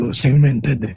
segmented